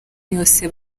yose